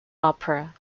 opera